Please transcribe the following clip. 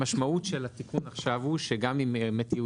המשמעות של התיקון עכשיו הוא שגם אם יהיו